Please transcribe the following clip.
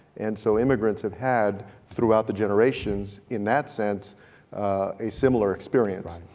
and so immigrants have had throughout the generations in that sense a similar experience.